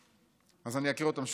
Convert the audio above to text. אז אני אקריא אותם שוב, כי יש לי עוד דקה: